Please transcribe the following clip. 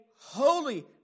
holy